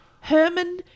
Herman